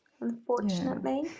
Unfortunately